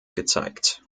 gezeigt